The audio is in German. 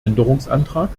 änderungsantrag